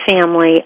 family